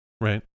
right